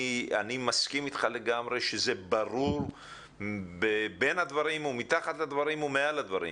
אני מסכים איתך לגמרי שזה ברור בין הדברים ומתחת לדברים ומעל הדברים,